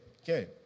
Okay